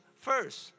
first